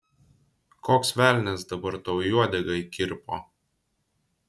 koks velnias dabar tau į uodegą įkirpo